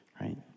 right